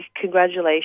congratulations